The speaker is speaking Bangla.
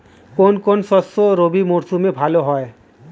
কোন কোন শস্য রবি মরশুমে ভালো হয়?